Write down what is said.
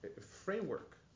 framework